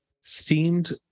steamed